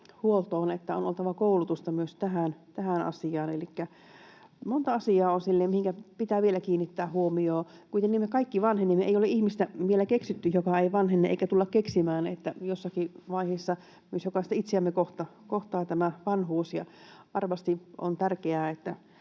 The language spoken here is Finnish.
että on oltava koulutusta myös tähän asiaan — elikkä monta asiaa on siellä, mihinkä pitää vielä kiinnittää huomiota. Kuitenkin me kaikki vanhenemme. Ei ole ihmistä vielä keksitty, joka ei vanhene, eikä tulla keksimään, eli jossakin vaiheessa myös jokaista itseämme kohtaa vanhuus, ja varmasti on tärkeää, että